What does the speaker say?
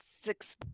six